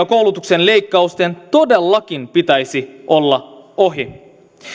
koulutuksen leikkausten todellakin pitäisi olla ohi